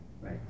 Right